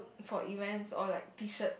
for events or like t-shirt